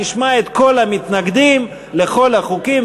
נשמע את כל המתנגדים לכל החוקים,